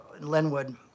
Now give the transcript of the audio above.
Linwood